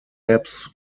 apps